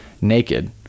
naked